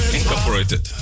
Incorporated